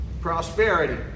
Prosperity